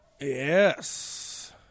Yes